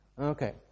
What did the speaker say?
Okay